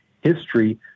history